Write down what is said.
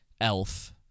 elf